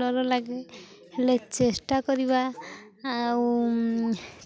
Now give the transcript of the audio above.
ଡ଼ର ଲାଗେ ହେଲେ ଚେଷ୍ଟା କରିବା ଆଉ